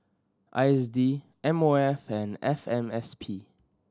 I S D M O F and F M S P